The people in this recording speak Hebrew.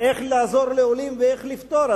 איך לעזור לעולים ואיך לפתור,